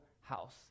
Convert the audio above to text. house